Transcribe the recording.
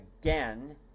again